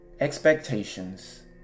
expectations